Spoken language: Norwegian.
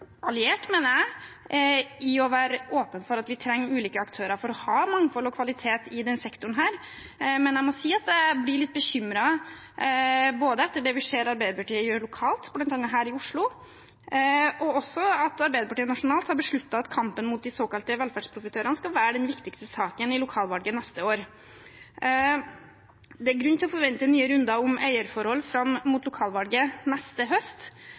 alliert – mener jeg – i å være åpen for at vi trenger ulike aktører for ha mangfold og kvalitet i denne sektoren, men jeg må si at jeg blir litt bekymret, både etter det vi ser Arbeiderpartiet gjør lokalt, bl.a. her i Oslo, og også at Arbeiderpartiet nasjonalt har besluttet at kampen mot de såkalte velferdsprofitørene skal være den viktigste saken i lokalvalget neste år. Det er grunn til å forvente nye runder om eierforhold fram mot lokalvalget neste høst.